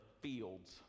fields